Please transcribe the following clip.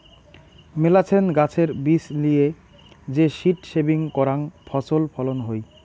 মেলাছেন গাছের বীজ লিয়ে যে সীড সেভিং করাং ফছল ফলন হই